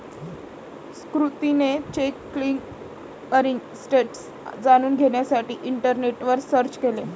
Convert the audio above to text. सुकृतीने check clearing status जाणून घेण्यासाठी इंटरनेटवर सर्च केले